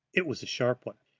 it was a sharp one.